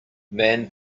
man